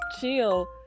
chill